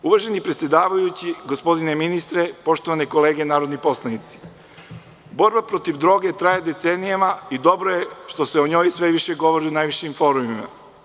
Uvaženi predsedavajući, gospodine ministre, poštovane kolege narodni poslanici, borba protiv droge traje decenijama i dobro je što se o njoj sve više govori na najvišim forumima.